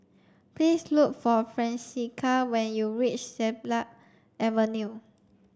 please look for Francisca when you reach Siglap Avenue